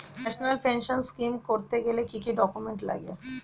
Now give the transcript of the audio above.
National pension scheme করতে গেলে কি কি ডকুমেন্ট লাগে?